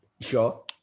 Sure